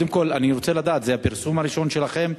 קודם כול, אני רוצה לדעת, זה הפרסום הראשון שלכם?